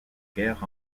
guerre